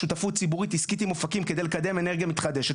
שותפות ציבורית עסקית עם אופקים כדי לקדם אנרגיה מתחדשת,